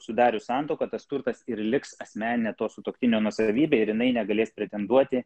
sudarius santuoką tas turtas ir liks asmenine to sutuoktinio nuosavybe ir jinai negalės pretenduoti